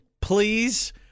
Please